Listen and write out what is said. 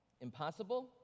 Impossible